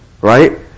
right